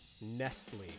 Nestle